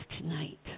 tonight